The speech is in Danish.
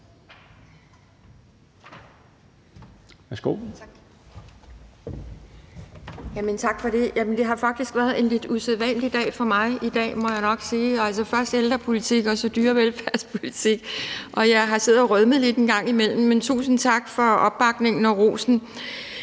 Tak for det. Det har faktisk været en lidt usædvanlig dag for mig i dag, må jeg nok sige. Først har vi drøftet ældrepolitik og så dyrevelfærdspolitik, og jeg har siddet og rødmet lidt en gang imellem, men tusind tak for opbakningen og rosen.